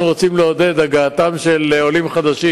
אנחנו רוצים לעודד הגעת עולים חדשים,